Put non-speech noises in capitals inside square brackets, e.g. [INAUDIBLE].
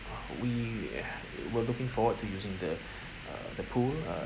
we [BREATH] were looking forward to using the uh the pool uh